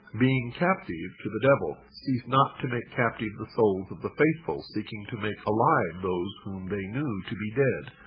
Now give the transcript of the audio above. being captive to the devil, cease not to make captive the souls of the faithful, seeking to make alive those whom they knew to be dead.